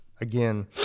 again